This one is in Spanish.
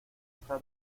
esta